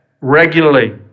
regularly